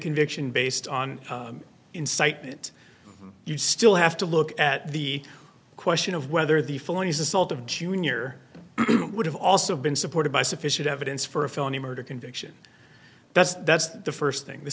conviction based on incitement you still have to look at the question of whether the felonious assault of jr would have also been supported by sufficient evidence for a felony murder conviction that's that's the first thing the